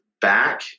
back